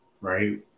right